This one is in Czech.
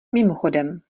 mimochodem